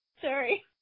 Sorry